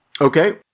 Okay